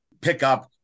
pickup